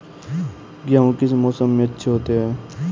गेहूँ किस मौसम में अच्छे होते हैं?